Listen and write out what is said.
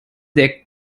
der